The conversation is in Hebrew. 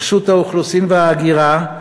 רשות האוכלוסין וההגירה,